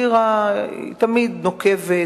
וסאטירה היא תמיד נוקבת,